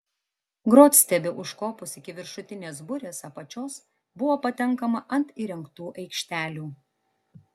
grotstiebiu užkopus iki viršutinės burės apačios buvo patenkama ant įrengtų aikštelių